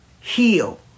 heal